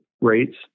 rates